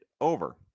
over